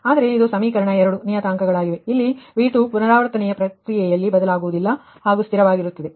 ಆದರೆ ಇದು ಸಮೀಕರಣ 2 ನಿಯತಾಂಕಗಳಾಗಿವೆ ಇದರಲ್ಲಿ V2ಪುನರಾವರ್ತನೆಯ ಪ್ರಕ್ರಿಯೆಯಲ್ಲಿ ಬದಲಾಗುವುದಿಲ್ಲ ಹಾಗೂ ಸ್ಥಿರವಾಗಿರುತ್ತದೆ